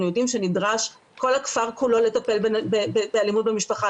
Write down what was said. יודעים שנדרש כל הכפר כולו לטפל באלימות במשפחה,